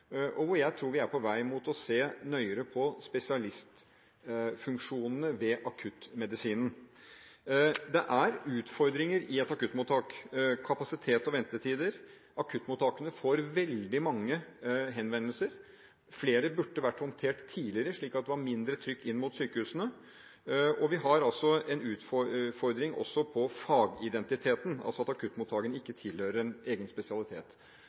Jeg tror vi er på vei mot å se nøyere på spesialistfunksjonene ved akuttmedisinen. Det er utfordringer ved et akuttmottak – kapasitet og ventetider. Akuttmottakene får veldig mange henvendelser. Flere burde vært håndtert tidligere, slik at det var mindre trykk lagt på sykehusene. Vi har altså en utfordring når det gjelder fagidentiteten, altså at akuttmottakene ikke tilhører en egen spesialitet.